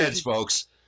folks